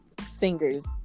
singers